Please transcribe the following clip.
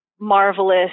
marvelous